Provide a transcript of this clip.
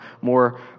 more